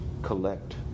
collect